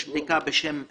יש בדיקה בשם NIPT,